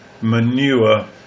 manure